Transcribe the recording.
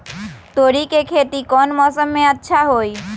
तोड़ी के खेती कौन मौसम में अच्छा होई?